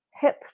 hip